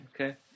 Okay